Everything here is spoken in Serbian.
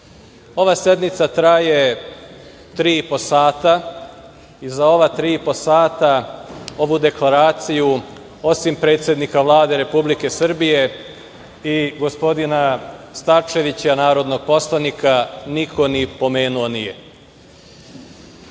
sednica traje tri i po sata i za ova tri i po sata ovu deklaraciju, osim predsednika Vlade Republike Srbije i gospodina Starčevića, narodnog poslanika niko ni pomenuo